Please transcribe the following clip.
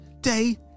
day